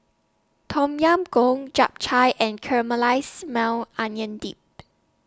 Tom Yam Goong Japchae and Caramelized Maui Onion Dip